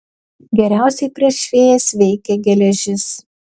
geriausiai prieš fėjas veikia geležis